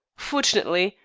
fortunately,